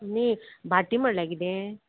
न्ही भाटी म्हणल्यार किदें